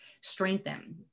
strengthen